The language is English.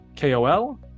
KOL